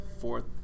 fourth